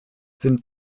sind